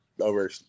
over